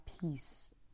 peace